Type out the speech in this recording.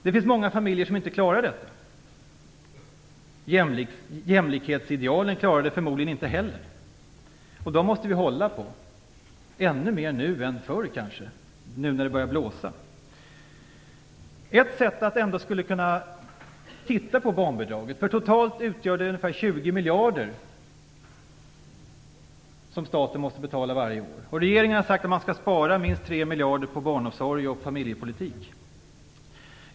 Det finns många familjer som inte klarar det. Jämlikhetsidealen klarar det förmodligen inte heller, och de måste vi slå vakt om kanske ännu mer nu, när det börjar blåsa, än förr. Vi måste ändå titta på barnbidraget. Totalt måste staten betala ca 20 miljarder för barnbidraget varje år. Regeringen har sagt att man skall spara minst 3 miljarder på barnomsorg och familjepolitik.